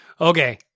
Okay